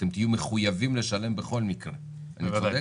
אתם תהיו מחויבים לשלם בכל מקרה - אני צודק?